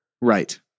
Right